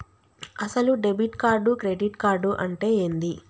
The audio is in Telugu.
అసలు డెబిట్ కార్డు క్రెడిట్ కార్డు అంటే ఏంది?